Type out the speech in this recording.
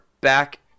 back